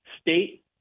State